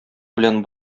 белән